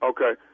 Okay